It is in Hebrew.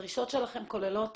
האם הדרישות שלכם כוללות